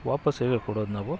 ವಾಪಸ್ ಹೇಗೆ ಕೊಡೋದು ನಾವು